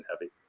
heavy